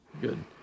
Good